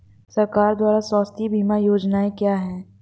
सरकार द्वारा स्वास्थ्य बीमा योजनाएं क्या हैं?